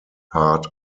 part